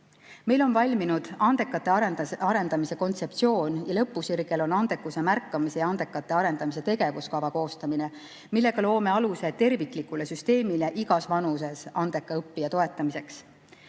Meil on valminud andekate arendamise kontseptsioon ning lõpusirgel on andekuse märkamise ja andekate arendamise tegevuskava koostamine, millega loome aluse terviklikule süsteemile igas vanuses andeka õppija toetamiseks.